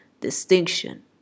distinction